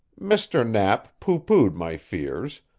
mr. knapp pooh-poohed my fears,